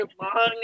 long